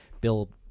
Bill